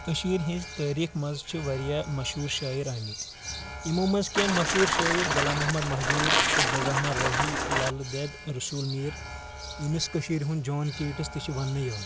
کٔشیٖر ہِنٛز تٲریٖخ منٛز چھِ واریاہ مشہوٗر شٲعر آمٕتۍ یِمو منٛز کینٛہہ مشہوٗر شٲعر غۄلام محمد مہجوٗر عبدُالرحمان رٲہی لَل دؠد رسول میٖر ییٚمِس کٔشیٖر ہُنٛد جان کیٖٹس تہِ چھِ وننہٕ یِِوان